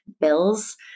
bills